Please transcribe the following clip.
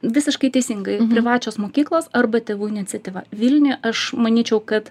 visiškai teisingai privačios mokyklos arba tėvų iniciatyva vilniuj aš manyčiau kad